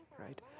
right